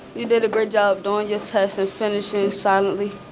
and did a great job doing your test and finishing silently